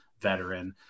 veteran